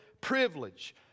privilege